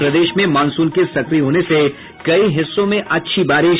और प्रदेश में मॉनसून के सक्रिय होने से कई हिस्सों में अच्छी बारिश